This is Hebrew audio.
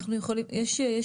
זה משהו אחר לגמרי.